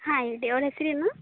ಹಾಂ ಇದೆ ಅವ್ರ ಹೆಸ್ರು ಏನು